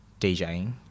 djing